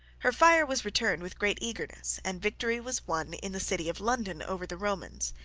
her fire was returned with great eagerness, and victory was won in the city of london over the romans,